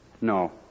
No